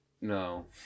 no